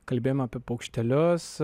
kalbėjom apie paukštelius